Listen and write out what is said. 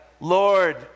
Lord